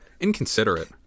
inconsiderate